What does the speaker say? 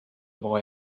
boy